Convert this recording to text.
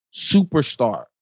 superstar